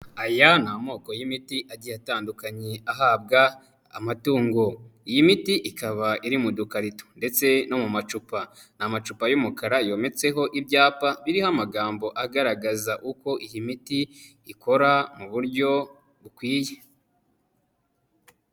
Aya ni amoko y'imiti agiye atandukanye ahabwa amatungo. Iyi miti ikaba iri mu dukarito ndetse no mu macupa ni amacupa y'umukara yometseho ibyapa biriho amagambo agaragaza uko iyi miti ikora mu buryo bukwiye.